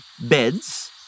beds